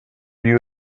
you